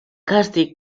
càstig